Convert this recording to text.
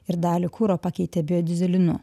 ir dalį kuro pakeitė biodyzelinu